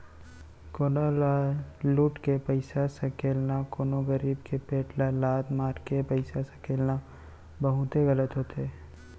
कोनो ल लुट के पइसा सकेलना, कोनो गरीब के पेट ल लात मारके पइसा सकेलना बहुते गलत होथे